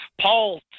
Paul